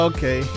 Okay